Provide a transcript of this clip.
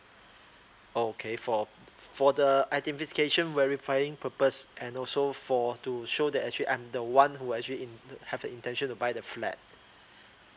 okay for for the identification verifying purpose and also for to show that actually I'm the one who actually in have the intention to buy the flat